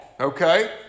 okay